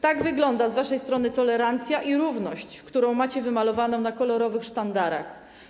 Tak wyglądają z waszej strony tolerancja i równość, które macie wymalowane na kolorowych sztandarach.